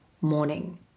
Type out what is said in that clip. morning